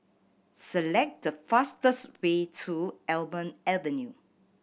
select the fastest way to Almond Avenue